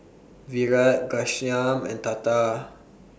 Virat Ghanshyam and Tata